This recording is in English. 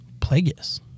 Plagueis